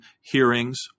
hearings